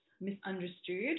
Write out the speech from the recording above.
misunderstood